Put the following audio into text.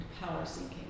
power-seeking